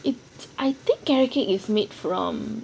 it I think carrot cake is made from